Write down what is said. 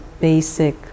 basic